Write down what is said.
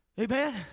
amen